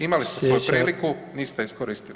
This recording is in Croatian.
Imali ste priliku, niste iskoristili.